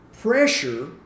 pressure